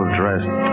dressed